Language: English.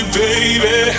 baby